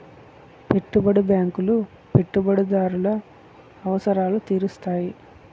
పెట్టుబడి బ్యాంకులు పెట్టుబడిదారుల అవసరాలు తీరుత్తాయి